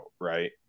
Right